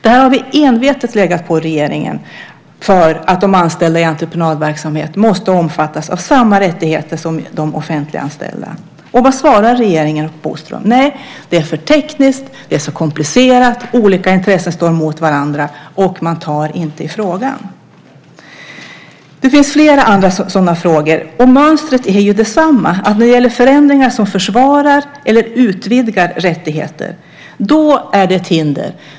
Vi har envetet legat på regeringen för att de anställda i entreprenadverksamhet ska omfattas av samma rättigheter som de offentliganställda. Vad svarar då regeringen Bodström? Nej, det är för tekniskt. Det är för komplicerat. Olika intressen står emot varandra. Man tar inte i frågan. Det finns flera andra sådana frågor. Mönstret är detsamma. När det gäller förändringar som försvarar eller utvidgar rättigheter är det ett hinder.